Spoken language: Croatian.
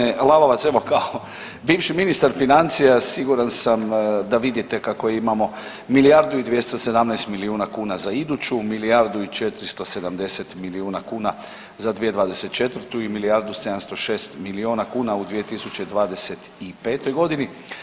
Poštovani g. Lalovac, evo kao bivši ministar financija siguran sam da vidite kako imamo milijardu i 217 milijuna kuna za idući, milijardu i 470 milijuna kuna za 2024. i milijardu 706 milijuna kuna u 2025. godini.